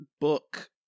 book